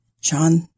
John